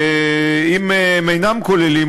ואם הם אינם נכללים